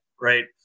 right